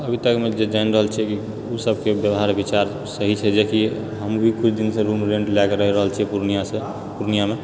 अभी तकमे जे जानि रहल छियै कि ओ सबके व्यवहार विचार सही छै जे कि हम भी किछु दिनसँ रूम रेंट लएके रहि रहल छियै पूर्णियासँ पूर्णियामे